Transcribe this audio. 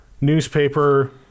newspaper